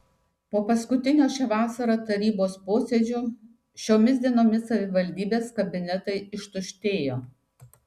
po paskutinio šią vasarą tarybos posėdžio šiomis dienomis savivaldybės kabinetai ištuštėjo